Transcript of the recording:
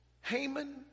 Haman